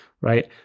right